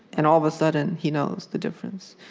and all of a sudden, he knows the difference.